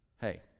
Hey